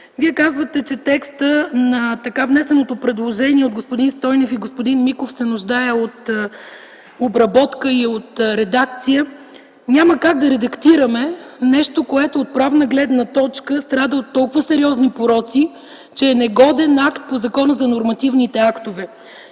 Вие казвате, че текстът на така внесеното предложение от господин Стойнев и господин Миков се нуждае от обработка и от редакция. Няма как да редактираме нещо, което от правна гледна точка страда от толкова сериозни пороци, че е негоден акт по Закона за нормативните актове.